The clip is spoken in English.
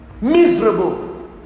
Miserable